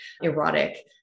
erotic